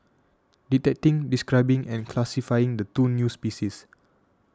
detecting describing and classifying the two new species